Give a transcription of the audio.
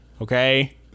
okay